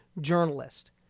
journalist